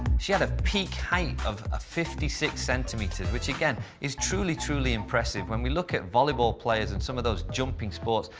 she had a peak height of ah fifty six centimeters, which, again, is truly, truly impressive. when we look at volleyball players and some of those jumping sports,